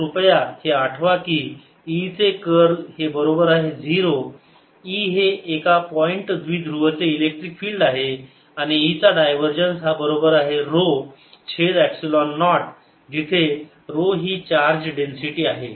आता कृपया हे आठवा कि E चे कर्ल हे बरोबर आहे 0 E हे एका पॉइंट द्विध्रुवचे इलेक्ट्रिक फील्ड आहे आणि E चा डायवरजन्स हा बरोबर आहे ऱ्हो छेद एप्सिलॉन नॉट जिथे ऱ्हो ही चार्ज डेन्सिटी आहे